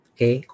Okay